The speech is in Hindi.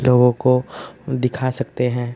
लोगों को दिखा सकते हैं